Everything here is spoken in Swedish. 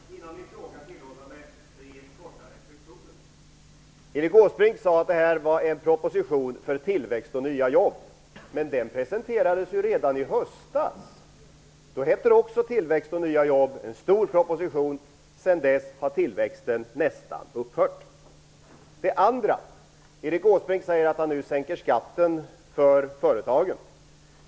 Fru talman! Före min fråga vill jag helt kort göra tre reflexioner. För det första: Erik Åsbrink sade att det handlar om en proposition för tillväxt och nya jobb, men en sådan proposition presenterades ju redan i höstas. Då var det också tals om tillväxt och nya jobb - en stor proposition. Sedan dess har dock tillväxten nästan upphört. För det andra: Erik Åsbrink säger att han nu sänker skatten för företagen.